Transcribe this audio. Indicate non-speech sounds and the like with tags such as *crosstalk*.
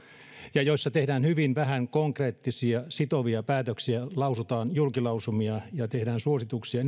ja joissa tehdään hyvin vähän konkreettisia sitovia päätöksiä lausutaan julkilausumia ja tehdään suosituksia *unintelligible*